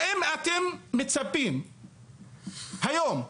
האם אתם מצפים היום,